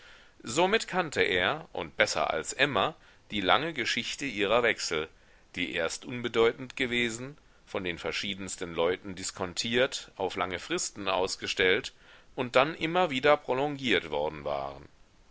somit kannte er und besser als emma die lange geschichte ihrer wechsel die erst unbedeutend gewesen von den verschiedensten leuten diskontiert auf lange fristen ausgestellt und dann immer wieder prolongiert worden waren